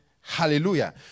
Hallelujah